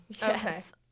Yes